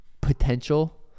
potential